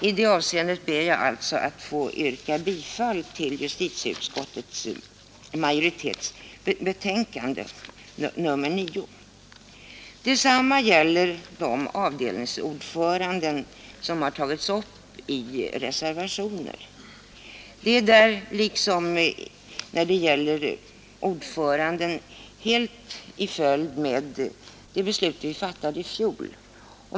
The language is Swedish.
I det avseendet ber jag att få yrka bifall till utskottsmajoritetens förslag i justitieutskottets betänkande nr 9. Detsamma gäller de avdelningsordförande som tagits med i reservation 1. Liksom när det gäller ordföranden är detta helt i linje med det beslut som vi fattade i fjol.